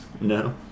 No